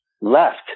left